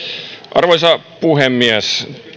arvoisa puhemies